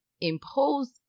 impose